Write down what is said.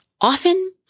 Often